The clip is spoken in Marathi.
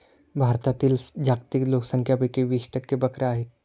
भारतातील जागतिक लोकसंख्येपैकी वीस टक्के बकऱ्या आहेत